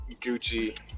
gucci